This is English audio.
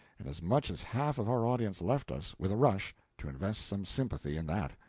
and as much as half of our audience left us, with a rush, to invest some sympathy in that.